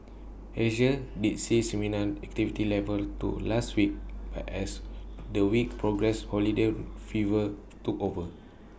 Asia did see similar activity levels to last week but as the week progressed holiday fever took over